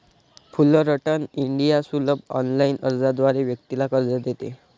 Fullerton India सुलभ online अर्जाद्वारे व्यक्तीला कर्ज देते